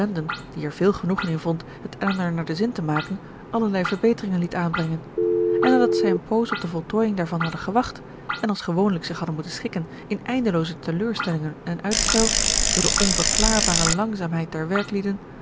die er veel genoegen in vond het elinor naar den zin te maken allerlei verbeteringen liet aanbrengen en nadat zij een poos op de voltooiing daarvan hadden gewacht en als gewoonlijk zich hadden moeten schikken in eindelooze teleurstellingen en uitstel door de onverklaarbare langzaamheid der